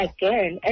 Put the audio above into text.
Again